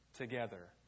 Together